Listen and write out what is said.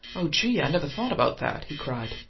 oh, gee! i never thought about that! he cried.